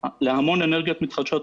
להמון אנרגיות מתחדשות,